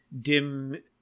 dim